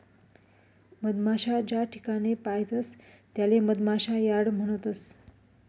मधमाशा ज्याठिकाणे पायतस त्याले मधमाशा यार्ड म्हणतस